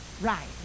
Right